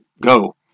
go